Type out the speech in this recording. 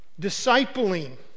discipling